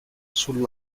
sul